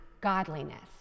godliness